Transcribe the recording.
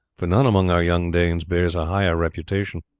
for none among our young danes bears a higher reputation.